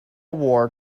wore